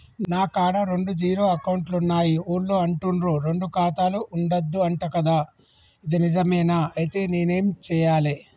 నా కాడా రెండు జీరో అకౌంట్లున్నాయి ఊళ్ళో అంటుర్రు రెండు ఖాతాలు ఉండద్దు అంట గదా ఇది నిజమేనా? ఐతే నేనేం చేయాలే?